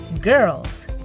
Girls